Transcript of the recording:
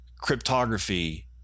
cryptography